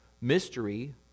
mystery